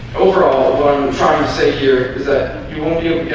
overall, but i'm trying to say here is that you won't be